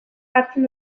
hartzen